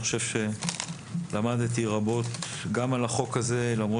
אני חושב שלמדתי רבות גם על החוק הזה למרות